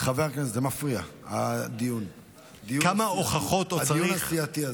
זה מפריע, הדיון הסיעתי הזה.